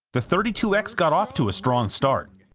the thirty two x got off to a strong start,